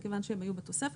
מכיוון שהן היו בתוספת,